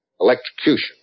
electrocution